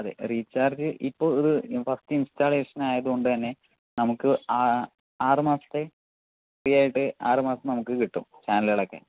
അതെ റീചാർജ് ഇപ്പോൾ ഇത് ഫസ്റ്റ് ഇൻസ്റ്റാളേഷൻ ആയത് കൊണ്ട് തന്നെ നമുക്ക് ആറ് മാസത്തെ ഫ്രീ ആയിട്ട് ആറ് മാസം നമുക്ക് കിട്ടും ചാനലുകളൊക്കെ